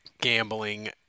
gambling